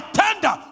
tender